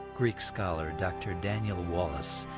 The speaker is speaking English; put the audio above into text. greek scholar dr. daniel wallace.